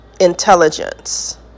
intelligence